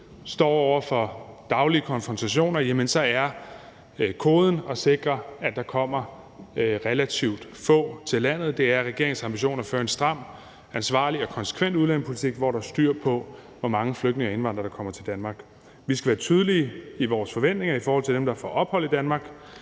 står over for daglige konfrontationer, jamen så er koden at sikre det, at der kommer relativt få til landet. Det er regeringens ambition at føre en stram, ansvarlig og konsekvent udlændingepolitik, hvor der er styr på, hvor mange flygtninge og indvandrere der kommer til Danmark. Vi skal være tydelige i vores forventninger i forhold til dem, der får ophold i Danmark,